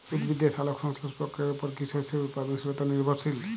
উদ্ভিদের সালোক সংশ্লেষ প্রক্রিয়ার উপর কী শস্যের উৎপাদনশীলতা নির্ভরশীল?